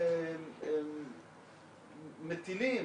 מטילים